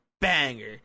banger